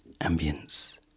ambience